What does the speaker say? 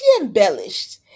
embellished